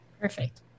Perfect